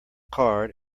card